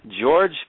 George